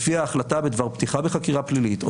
לפיה ההחלטה בדבר פתיחה בחקירה פלילית או